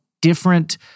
different